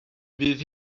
fydd